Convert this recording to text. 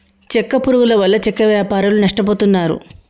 చెక్క పురుగుల వల్ల చెక్క వ్యాపారులు నష్టపోతున్నారు